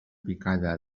picada